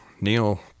Neil